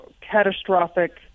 catastrophic